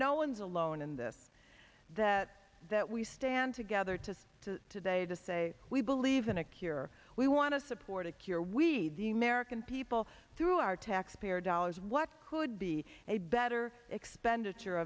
no one's alone in this that that we stand together to say today to say we believe in a cure we want to support a cure we merican people through our taxpayer dollars what could be a better expenditure